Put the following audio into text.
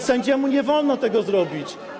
Sędziemu nie wolno tego zrobić.